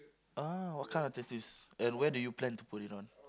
ah what kind of tattoos and where do you plan to put it on